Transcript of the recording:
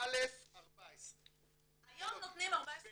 א' 14, ב' 18